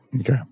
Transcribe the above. Okay